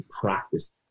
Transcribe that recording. practice